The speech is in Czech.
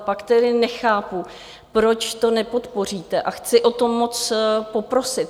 Pak tedy nechápu, proč to nepodpoříte, a chci o to moc poprosit.